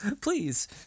Please